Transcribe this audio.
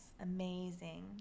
amazing